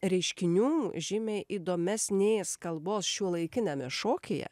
reiškinių žymiai įdomesnės kalbos šiuolaikiniame šokyje